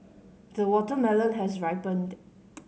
the watermelon has ripened